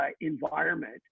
environment